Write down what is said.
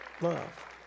love